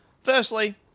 Firstly